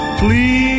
please